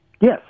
Yes